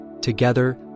Together